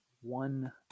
one